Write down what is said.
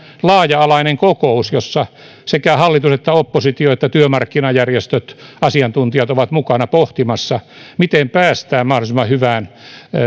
laaja alainen kokous jossa sekä hallitus että oppositio ja työmarkkinajärjestöt asiantuntijat ovat mukana pohtimassa miten päästään mahdollisimman hyvään